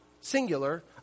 singular